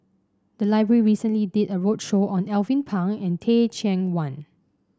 the library recently did a roadshow on Alvin Pang and Teh Cheang Wan